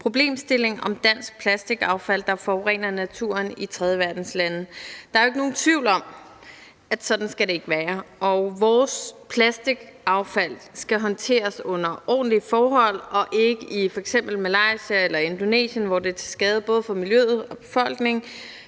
problemstilling om dansk plastikaffald, der forurener naturen i tredjeverdenslande. Der er jo ikke nogen tvivl om, at sådan skal det ikke være, og vores plastikaffald skal håndteres under ordentlige forhold og ikke i f.eks. Malaysia eller Indonesien, hvor det er til skade både for miljøet og befolkningen.